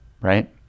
right